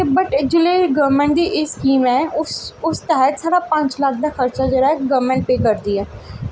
but जिसलै government दी एह् स्कीम ऐ उस उस तैह्त साढ़ा पंज लक्ख दा खर्चा जेह्ड़ा ऐ गौरमैंट पेऽ करदी ऐ